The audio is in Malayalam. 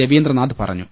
രവീന്ദ്രനാഥ് പറഞ്ഞു